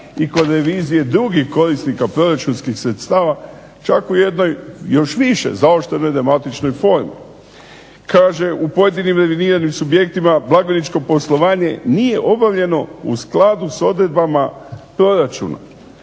i kod revizije drugih korisnika proračunskih sredstava. Čak u jednoj još više zaoštrenoj dramatičnoj formi. Kaže "u pojedinim revidiranim subjektima blagajničko poslovanje nije obavljeno u skladu s odredbama proračuna.